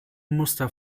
muster